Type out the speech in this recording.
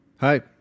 Hi